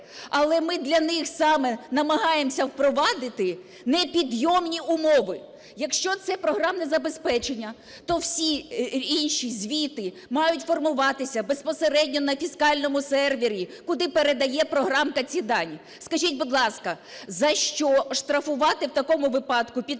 але ми для них саме намагаємося впровадити непідйомні умови. Якщо це програмне забезпечення, то всі інші звіти мають формуватися безпосередньо на фіскальному сервері, куди передає програмка ці дані. Скажіть, будь ласка, за що штрафувати в такому випадку підприємця,